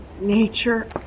Nature